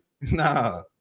Nah